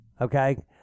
okay